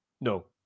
No